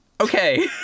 Okay